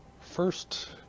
first